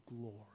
glory